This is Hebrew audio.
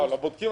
אבל לא בודקים.